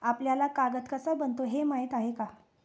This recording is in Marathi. आपल्याला कागद कसा बनतो हे माहीत आहे का?